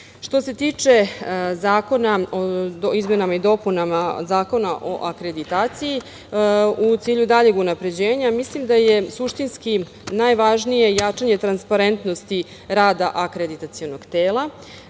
se tiče izmena i dopuna Zakona o akreditaciji, u cilju daljeg unapređenja mislim da je suštinski najvažnije jačanje transparentnosti rada akreditacionog tela,